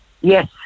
Yes